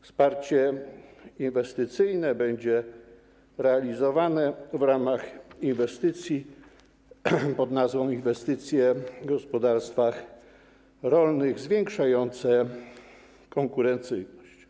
Wsparcie inwestycyjne będzie realizowane w ramach interwencji pod nazwą „Inwestycje w gospodarstwach rolnych zwiększające konkurencyjność”